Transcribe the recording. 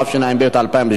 התשע"ב 2012,